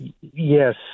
Yes